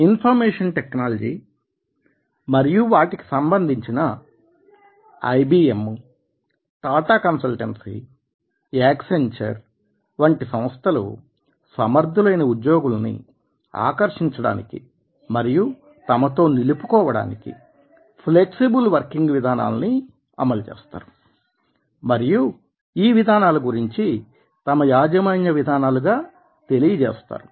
information technology మరియు వాటికి సంబంధించిన ఐబీఎం టాటా కన్సల్టెన్సీ యాక్సెంచర్ వంటి సంస్థలు సమర్థులైన ఉద్యోగులని ఆకర్షించడానికి మరియు తమతో నిలుపుకోవడానికి ఫ్లెక్సిబుల్ వర్కింగ్ విధానాలని అమలు చేస్తారు మరియు ఈ విధానాల గురించి తమ యాజమాన్య విధానాలుగా తెలియ చేస్తారు